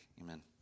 Amen